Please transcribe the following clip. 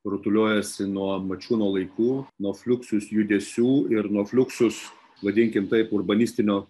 rutuliojasi nuo mačiūno laikų nuo fliuksus judesių ir nuo fliuksus vadinkim taip urbanistinio